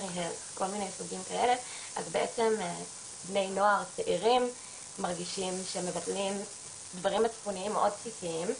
אז בעצם בני נוער וצעירים מרגישים שמבטלים דברים מצפוניים מאוד בסיסיים,